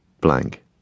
blank